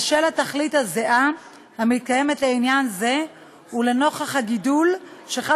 בשל התכלית הזהה המתקיימת לעניין זה ולנוכח הגידול שחל